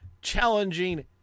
challenging